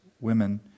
women